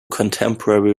contemporary